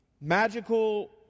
magical